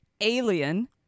Alien